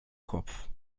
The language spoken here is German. kopf